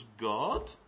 God